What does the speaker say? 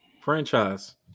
franchise